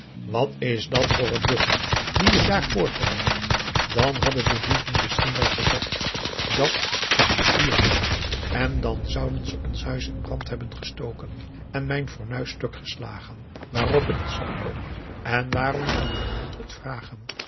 wat is dat voor een buffel dien je daar voortdrijft dan hadden de dieven misschien wel gezegd dat is een vuurbuffel en dan zouden ze ons huis in brand hebben gestoken en mijn fornuis stuk geslagen waarop ik het sap kook en waarom zou augusta de wit orpheus in de dessa mijn man het vragen